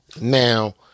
Now